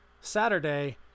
Saturday